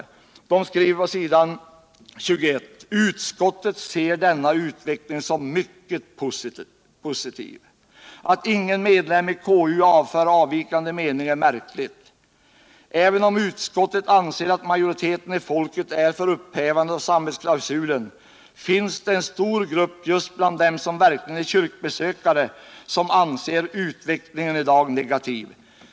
Utskottet skriver på s. 21: "Utskottet ser denna utveckling som mycket positiv.” Det är märkligt att ingen ledamot av konstitutionsutskottet anför avvikande mening. Även om utskottet anser att majoriteten av folket är för upphävandet av samvetsklausulen, finns det en stor grupp just bland dem som verkligen är kyrkbesökare som anser utvecklingen i dag negativ.